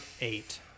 eight